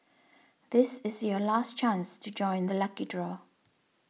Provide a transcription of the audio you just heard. this is your last chance to join the lucky draw